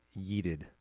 yeeted